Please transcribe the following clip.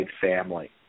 family